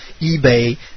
eBay